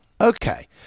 Okay